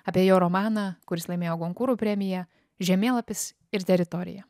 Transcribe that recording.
apie jo romaną kuris laimėjo konkūrų premiją žemėlapis ir teritorija